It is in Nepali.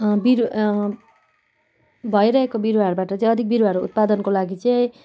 बिर भइरहेको बिरुवाहरूबाट चाहिँ अधिक बिरुवाहरू उत्पादनको लागि चाहिँ